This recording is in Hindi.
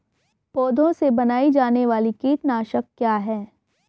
पौधों से बनाई जाने वाली कीटनाशक क्या है?